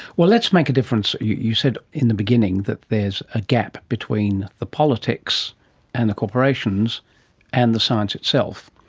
well, let's make a difference, you you said in the beginning that there is a gap between the politics and the corporations and the science itself,